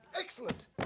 Excellent